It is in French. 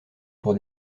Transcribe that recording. pour